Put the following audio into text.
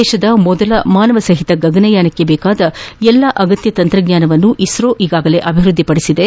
ದೇಶದ ಮೊದಲ ಮಾನವಸಹಿತ ಗಗನಯಾನಕ್ಕೆ ಬೇಕಾದ ಎಲ್ಲ ಅಗತ್ಯ ತಂತ್ರಜ್ಞಾನವನ್ನು ಇಸ್ರೋ ಈಗಾಗಲೇ ಅಭಿವೃದ್ದಿಪಡಿಸಿದೆ